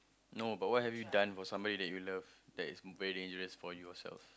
no but what have you done for somebody that you love that is very dangerous for you yourself